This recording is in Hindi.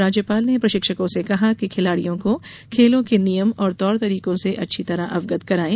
राज्यपाल ने प्रशिक्षकों से कहा कि खिलाड़ियों को खेलों के नियम और तौर तरीकों से अच्छी तरह अवगत करायें